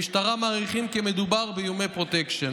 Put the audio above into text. במשטרה מעריכים שמדובר באיומי פרוטקשן.